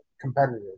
competitive